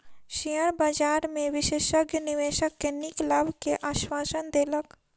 share बजार में विशेषज्ञ निवेशक के नीक लाभ के आश्वासन देलक